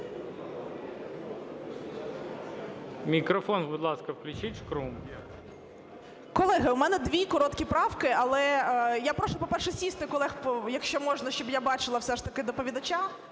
Мікрофон, будь ласка, включіть Шкрум. 14:25:43 ШКРУМ А.І. Колеги, у мене дві короткі правки. Але я прошу, по-перше, сісти колег, якщо можна, щоб я бачила все ж таки доповідача.